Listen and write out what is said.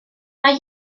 mae